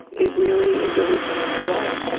it really it really changed my life.